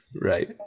right